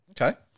Okay